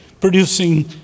producing